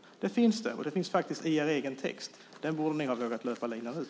Det finns det, och det finns faktiskt i er egen text. Där borde ni ha vågat löpa linan ut.